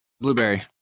Blueberry